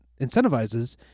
incentivizes